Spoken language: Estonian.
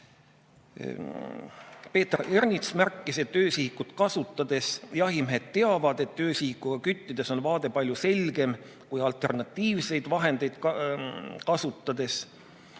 Peeter Ernits märkis, et öösihikut kasutanud jahimehed teavad, et öösihikuga küttides on vaade palju selgem kui alternatiivseid vahendeid kasutades.